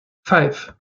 five